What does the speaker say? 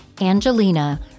Angelina